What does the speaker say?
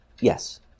Yes